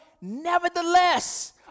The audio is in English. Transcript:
Nevertheless